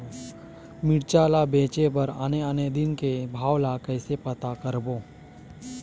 मिरचा ला बेचे बर आने आने दिन के भाव ला कइसे पता करबो?